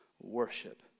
worship